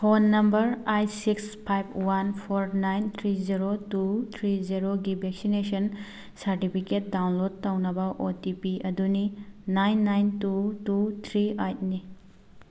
phone number eight six five one four nine three zero two three zero ꯒꯤ vaccination certificate download ꯇꯧꯅꯕ O T P ꯑꯗꯨꯅꯤ nine nine two two three eight ꯅꯤ